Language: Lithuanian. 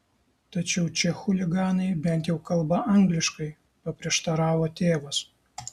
tačiau čia chuliganai bent jau kalba angliškai paprieštaravo tėvas